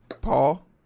Paul